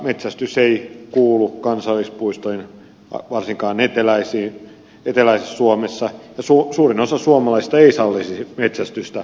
metsästys ei kuulu kansallispuistoihin varsinkaan eteläisessä suomessa ja suurin osa suomalaisista ei sallisi metsästystä kansallispuistoissa